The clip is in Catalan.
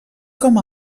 com